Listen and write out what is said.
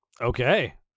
Okay